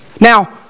Now